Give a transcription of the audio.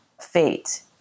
fate